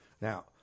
Now